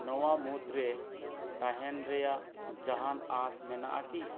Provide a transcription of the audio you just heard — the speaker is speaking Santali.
ᱱᱚᱣᱟ ᱢᱩᱫᱽᱨᱮ ᱛᱟᱦᱮᱱ ᱨᱮᱭᱟᱜ ᱡᱟᱦᱟᱱ ᱟᱥ ᱢᱮᱱᱟᱜᱼᱟ ᱠᱤ